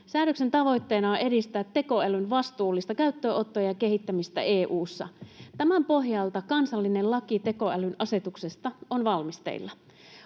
Säädöksen tavoitteena on edistää tekoälyn vastuullista käyttöönottoa ja kehittämistä EU:ssa. Tämän pohjalta kansallinen laki tekoälyn asetuksesta on valmisteilla.